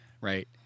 right